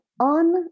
on